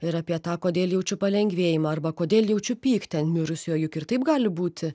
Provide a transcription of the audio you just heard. ir apie tą kodėl jaučiu palengvėjimą arba kodėl jaučiu pyktį ant mirusiojo juk ir taip gali būti